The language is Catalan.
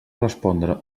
respondre